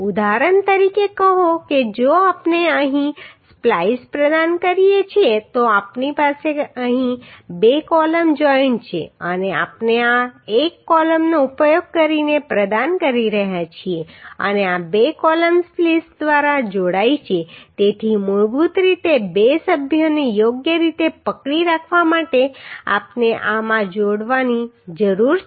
ઉદાહરણ તરીકે કહો કે જો આપણે અહીં સ્પ્લાઈસ પ્રદાન કરીએ છીએ તો આપણી પાસે અહીં બે કોલમ જોઈન્ટ છે અને આપણે આ એક કોલમનો ઉપયોગ કરીને પ્રદાન કરી રહ્યા છીએ અને આ બે કોલમ સ્પ્લીસ દ્વારા જોડાઈ છે તેથી મૂળભૂત રીતે બે સભ્યોને યોગ્ય રીતે પકડી રાખવા માટે આપણે આમાં જોડવાની જરૂર છે